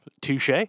Touche